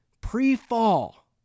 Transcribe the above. Pre-fall